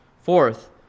Fourth